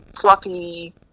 fluffy